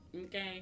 Okay